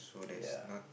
ya